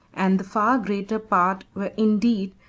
and the far greater part were indeed,